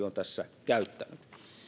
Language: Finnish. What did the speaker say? on tässä käyttänyt